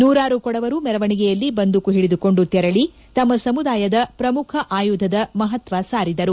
ನೂರಾರು ಕೊಡವರು ಮೆರವಣಿಗೆಯಲ್ಲಿ ಬಂದೂಕು ಹಿಡಿದುಕೊಂಡು ತೆರಳಿ ತಮ್ನ ಸಮುದಾಯದ ಪ್ರಮುಖ ಆಯುಧದ ಮಹತ್ವ ಸಾರಿದರು